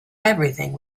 everything